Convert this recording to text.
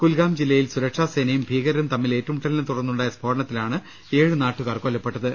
കുൽഗാം ജില്ലയിൽ സുരക്ഷാസേനയും ഭീകരരും തമ്മി ൽ ഏറ്റുമുട്ടലിനെ തുടർന്നുണ്ടായ സ്ഫോടനത്തിലാണ് ഏഴ് നാട്ടുകാർ കൊല്ലപ്പെ ട്ടത്